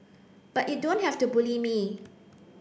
but you don't have to bully me